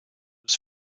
was